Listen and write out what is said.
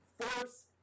force